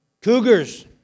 Cougars